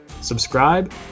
Subscribe